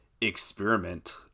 experiment